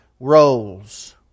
roles